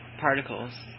particles